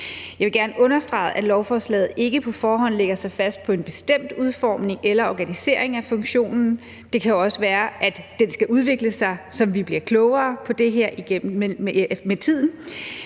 Jeg vil gerne understrege, at lovforslaget ikke på forhånd lægger sig fast på en bestemt udformning eller organisering af funktionen. Det kan også være, at den skal udvikle sig, efterhånden som vi bliver klogere på det her med tiden,